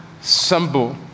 symbol